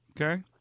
Okay